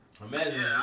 Imagine